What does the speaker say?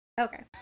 okay